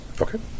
okay